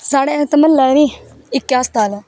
साढ़े इत्त म्हल्लै नी इक्कै अस्ताल ऐ